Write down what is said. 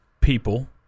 people